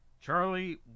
Charlie